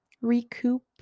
recoup